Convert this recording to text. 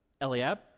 Eliab